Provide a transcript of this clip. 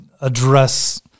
address